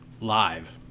live